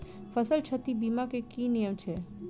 फसल क्षति बीमा केँ की नियम छै?